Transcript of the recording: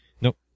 Nope